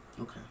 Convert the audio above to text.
Okay